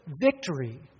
victory